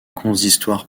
consistoire